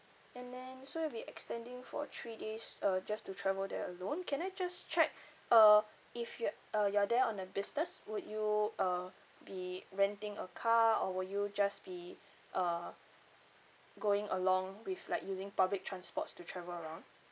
and then so you'll be extending for three days uh just to travel there alone can I just check uh if you're uh you're there on uh business would you uh be renting a car or will you just be uh going along with like using public transports to travel around